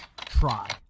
try